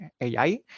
AI